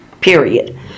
Period